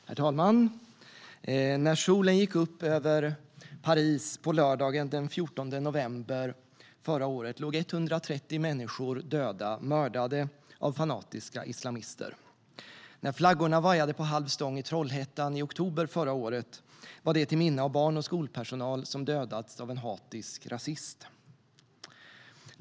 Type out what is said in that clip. Herr talman! När solen gick upp över Paris lördagen den 14 november förra året låg 130 människor döda, mördade av fanatiska islamister. När flaggorna vajade på halv stång i Trollhättan i oktober förra året var det till minne av barn och skolpersonal som dödats av en hatisk rasist.